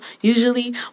usually